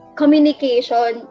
communication